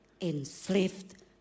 enslaved